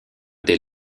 des